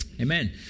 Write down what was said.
Amen